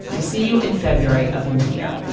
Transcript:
we'll see you in february of the new year